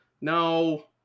no